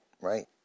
right